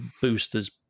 Booster's